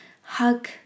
hug